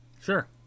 Sure